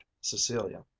cecilia